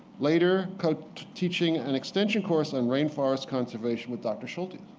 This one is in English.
later co-teaching an extension course on rainforest conservation with dr. schultes.